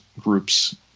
groups